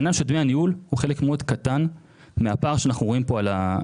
העניין של דמי הניהול הוא חלק מאוד קטן מהפער שאנחנו רואים פה בשקף.